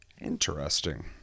Interesting